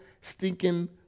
stinking